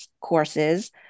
courses